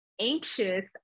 anxious